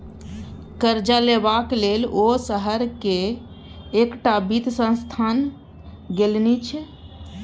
करजा लेबाक लेल ओ शहर केर एकटा वित्त संस्थान गेलनि